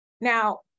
now